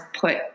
put